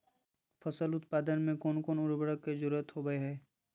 फसल उत्पादन में कोन कोन उर्वरक के जरुरत होवय हैय?